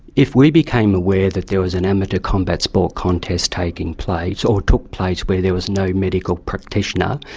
if we became aware that there was an amateur combat sport contest taking place or took place where there was no medical practitioner,